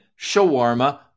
Shawarma